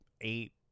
eight